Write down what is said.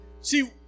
See